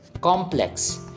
complex